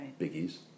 biggies